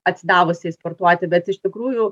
atsidavusiai sportuoti bet iš tikrųjų